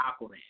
Aquaman